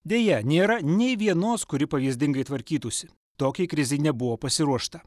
deja nėra nei vienos kuri pavyzdingai tvarkytųsi tokiai krizei nebuvo pasiruošta